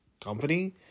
company